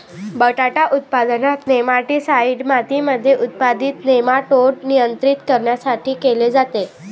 बटाटा उत्पादनात, नेमाटीसाईड मातीमध्ये उत्पादित नेमाटोड नियंत्रित करण्यासाठी केले जाते